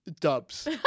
dubs